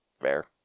Fair